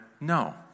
no